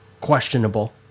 questionable